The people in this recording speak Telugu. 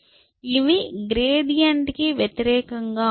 ఇవి గ్రేడియంట్కి వ్యతిరేఖంగా ఉంటాయి